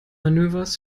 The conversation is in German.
manövers